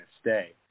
stay